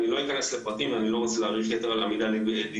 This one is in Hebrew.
אני לא אכנס לפרטים ואני לא רוצה להאריך יתר על המידה בדיבור,